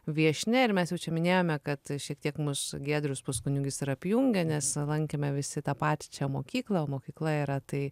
viešnia ir mes jau čia minėjome kad šiek tiek mus giedrius puskunigis ir apjungia nes lankėme visi tą pačią mokyklą o mokykla yra tai